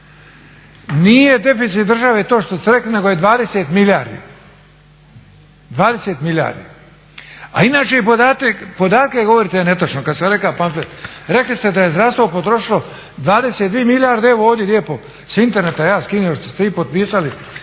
Nije deficit države to što ste rekli nego je 20 milijardi, 20 milijardi. A inače i podatke govorite netočno. Kad sam rekao pamflet, rekli ste da je zdravstvo potrošilo 22 milijarde, evo ovdje lijepo s interneta ja skinuo što ste vi potpisali